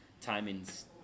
timing's